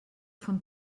von